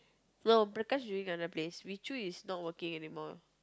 no Prakash already got the place Wee Zhu is not working anymore